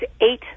eight